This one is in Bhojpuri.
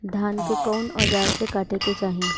धान के कउन औजार से काटे के चाही?